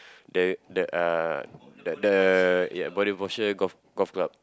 the the uh the the ya body portion golf golf club